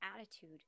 attitude